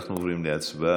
אנחנו עוברים להצבעה,